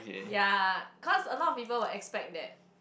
ya cause a lot of people would expect that